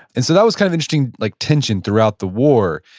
and so that was kind of interesting like tension throughout the war.